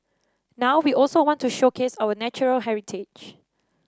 now we also want to showcase our natural heritage